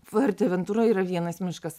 varte ventura yra vienas miškas